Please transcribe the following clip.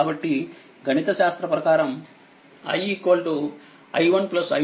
కాబట్టిగణిత శాస్త్రం ప్రకారం i i1 i2